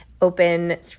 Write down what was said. open